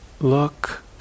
look